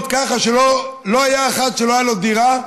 כך שלא היה אחד שלא הייתה לו דירה,